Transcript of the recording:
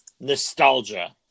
nostalgia